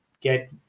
get